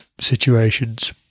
situations